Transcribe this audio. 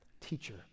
teacher